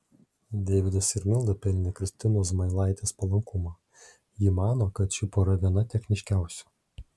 deividas ir milda pelnė kristinos zmailaitės palankumą ji mano kad ši pora viena techniškiausių